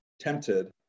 tempted